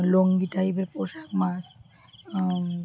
লুঙ্গি টাইপের পোশাক মাস্ট